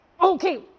Okay